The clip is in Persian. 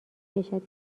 کشد